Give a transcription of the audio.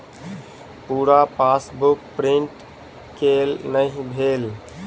पूरा passbook print केल नहि भेल